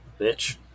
bitch